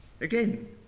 Again